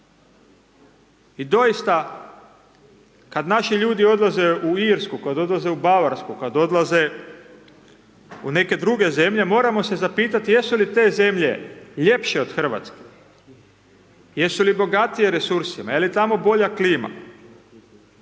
I dosita, kad naši ljudi odlaze u Irsku, kad odlaze u Bavarsku, kad odlaze u neke druge zemlje, moramo se zapitati jesu li te zemlje ljepše od Hrvatske, jesu li bogatije resursima, je li tamo bolja klima?